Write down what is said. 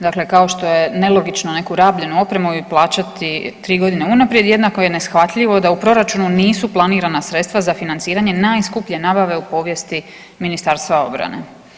Dakle, kao što je nelogično neku rabljenu opremu plaćati 3 godine unaprijed jednako je neshvatljivo da u proračunu nisu planirana sredstava za financiranje najskuplje nabave u povijesti Ministarstva obrane.